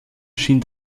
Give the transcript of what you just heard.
schien